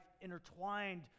intertwined